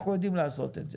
אנחנו יודעים לעשות את זה.